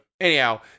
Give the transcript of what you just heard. anyhow